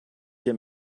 get